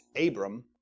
Abram